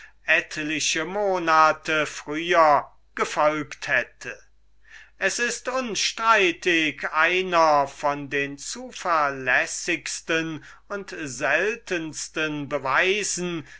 paar monate früher gefolget hätte einer von den zuverlässigsten und seltensten beweisen